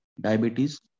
diabetes